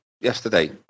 yesterday